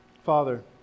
Father